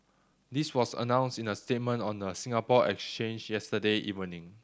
this was announced in a statement on the Singapore Exchange yesterday evening